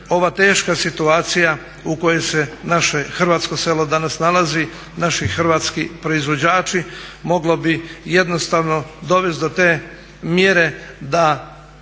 ova teška situacija u kojoj se naše hrvatsko selo danas nalazi, naši hrvatski proizvođači moglo bi jednostavno dovesti do te mjere da